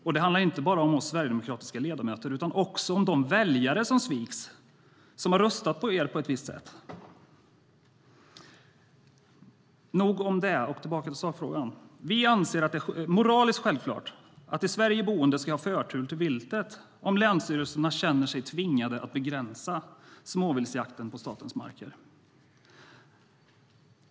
Detta handlar inte bara om oss sverigedemokratiska ledamöter utan också om de väljare som sviks och som har röstat på ett visst sätt. Nog om detta - tillbaka till sakfrågan. Vi anser att det är moraliskt självklart att i Sverige boende ska ha förtur till viltet om länsstyrelserna känner sig tvingade att begränsa småviltsjakten på statens marker.